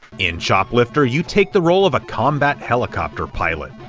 in choplifter, you take the role of a combat helicopter pilot.